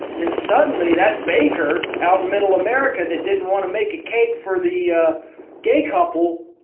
then suddenly that baker out in middle america that didn't want to make a cake for the, a gay couple,